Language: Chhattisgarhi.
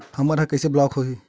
हमर ह कइसे ब्लॉक होही?